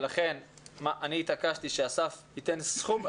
ולכן התעקשתי שאסף ייתן סכום,